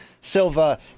Silva